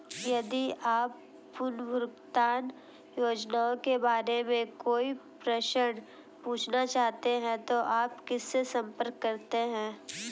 यदि आप पुनर्भुगतान योजनाओं के बारे में कोई प्रश्न पूछना चाहते हैं तो आप किससे संपर्क करते हैं?